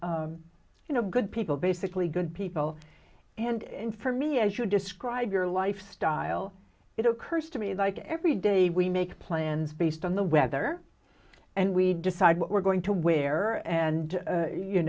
of you know good people basically good people and for me as you describe your lifestyle it occurs to me like every day we make plans based on the weather and we decide what we're going to wear and